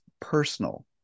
personal